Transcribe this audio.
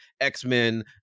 X-Men